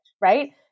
right